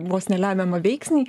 vos ne lemiamą veiksnį